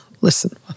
listen